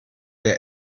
der